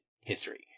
history